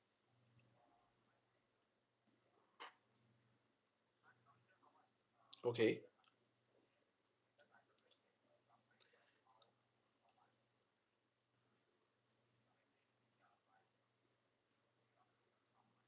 okay